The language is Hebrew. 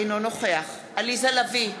אינו נוכח עליזה לביא,